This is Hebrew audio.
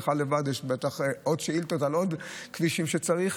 לך לבד יש בטח עוד שאילתות על עוד כבישים שצריך.